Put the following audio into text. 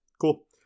cool